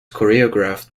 choreographed